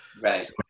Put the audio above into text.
Right